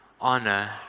honor